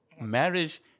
marriage